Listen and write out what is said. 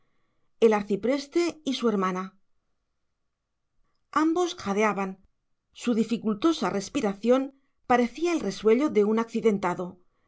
el arcipreste y su hermana ambos jadeaban su dificultosa respiración parecía el resuello de un accidentado